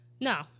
No